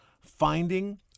finding